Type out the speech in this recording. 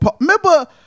Remember